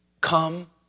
Come